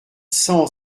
cent